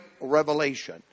revelation